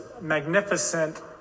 magnificent